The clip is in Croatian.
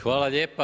Hvala lijepa.